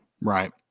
Right